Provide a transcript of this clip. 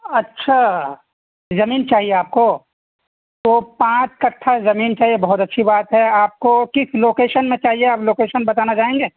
اچھا زمین چاہیے آپ کو تو پانچ کٹھہ زمین چاہیے بہت اچھی بات ہے آپ کو کس لوکیشن میں چاہیے آپ لوکیشن بتانا چاہیں گے